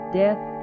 death